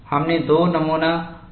हमने दो नमूना आयामों को देखा है